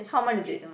how much is it